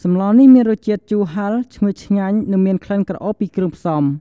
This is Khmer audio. សម្លនេះមានរសជាតិជូរហិរ ឈ្ងុយឆ្ងាញ់ និងមានក្លិនក្រអូបពីគ្រឿងផ្សំ។